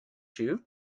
you